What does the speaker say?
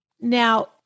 Now